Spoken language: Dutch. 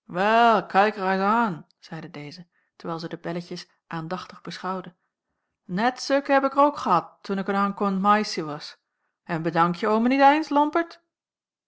an zeide deze terwijl zij de belletjes aandachtig beschouwde net zukke heb ik er ook gehad toen ik n ankomend maissie was en bedankje oome niet eins